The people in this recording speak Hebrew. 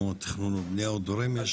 כמו תכנון ובנייה או דברים?